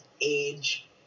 age